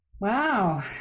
Wow